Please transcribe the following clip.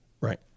Right